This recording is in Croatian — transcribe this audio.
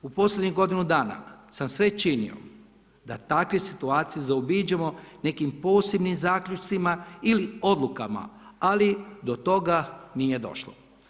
U posljednjih godinu dana sam sve činio da takve situacije zaobiđemo nekim posebnim zaključcima ili odlukama, ali do toga nije došlo.